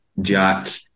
Jack